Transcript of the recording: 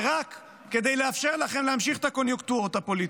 ורק כדי לאפשר לכם להמשיך את הקוניונקטורות הפוליטיות.